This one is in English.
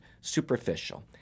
superficial